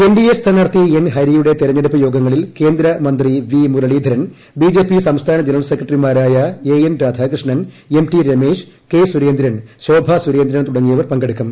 N D A സ്ഥാനാർത്ഥി N ഹരിയുടെ തിരഞ്ഞെടുപ്പുയോഗങ്ങളിൽ കേന്ദ്രമന്ത്രി V Muraleedharan B J P സംസ്ഥാന ജനറൽ സെക്രട്ടറിമാരായ A N Radhakrishnan M T Ramesh K Surendran Shobha Surendran തുടങ്ങിയവർ പങ്കെടുക്കും